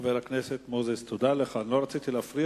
חבר הכנסת מוזס, תודה לך.